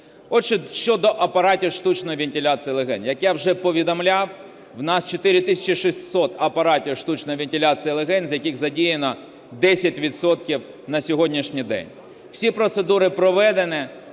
Щодо апаратів штучної вентиляції легень. Як я вже повідомляв, в нас 4 тисячі 600 апаратів штучної вентиляції легень, з яких задіяно 10 відсотків на сьогоднішній день. Всі процедури проведені,